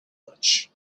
much